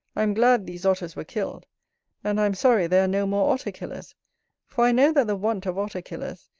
i am glad these otters were killed and i am sorry there are no more otter-killers for i know that the want of otter-killers,